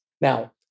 Now